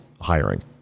hiring